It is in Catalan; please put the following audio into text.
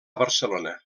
barcelona